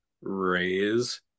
raise